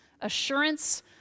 Assurance